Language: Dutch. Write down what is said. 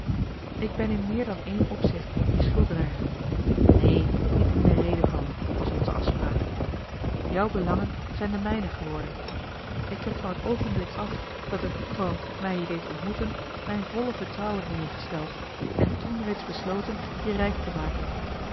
ik ben in meer dan één opzicht je schuldenaar neen niet in de rede vallen was onze afspraak jouw belangen zijn de mijne geworden ik heb van het oogenblik af dat het toeval mij je deed ontmoeten mijn volle vertrouwen in je gesteld en toen reeds besloten je rijk te maken